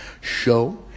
show